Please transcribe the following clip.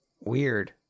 Weird